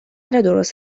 درست